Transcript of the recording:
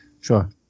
Sure